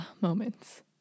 moments